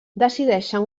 decideixen